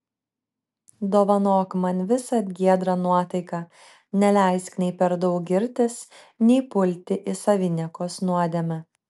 dovanok man visad giedrą nuotaiką neleisk nei per daug girtis nei pulti į saviniekos nuodėmę